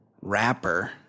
rapper